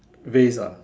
vase ah